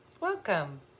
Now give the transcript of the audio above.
Welcome